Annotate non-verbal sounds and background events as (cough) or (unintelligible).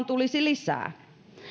(unintelligible) tulisi lisää